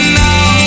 now